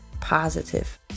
Positive